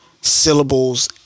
syllables